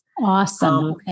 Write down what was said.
Awesome